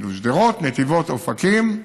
שדרות, נתיבות, אופקים,